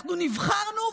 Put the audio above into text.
נבחרנו,